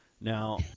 Now